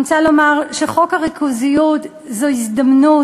אני רוצה לומר שחקיקת חוק הריכוזיות זו הזדמנות